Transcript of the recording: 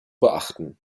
beachten